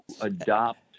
adopt